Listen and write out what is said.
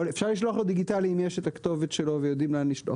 אפשר לשלוח לו דיגיטלית אם יש את הכתובת שלו ויודעים לאן לשלוח.